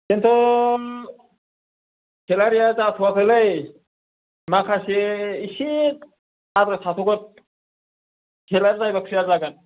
खिनथु सेलारिया जाथ'वाखैलै माखासे एसे आद्रा थाथ'गोन सेलारि जायोबा क्लियार जागोन